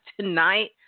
tonight